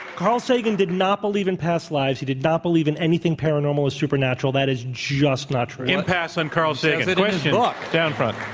carl sagan did not believe in past lives. he did not believe in anything paranormal or supernatural. that is just not true. impass on carl sagan. question down front.